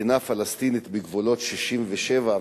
מדינה פלסטינית בגבולות 67',